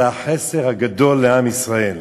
זה החסר הגדול לעם ישראל.